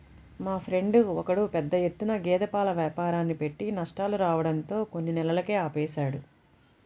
మా ఫ్రెండు ఒకడు పెద్ద ఎత్తున గేదె పాల వ్యాపారాన్ని పెట్టి నష్టాలు రావడంతో కొన్ని నెలలకే ఆపేశాడు